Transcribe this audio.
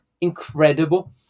incredible